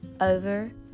over